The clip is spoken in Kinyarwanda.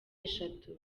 eshatu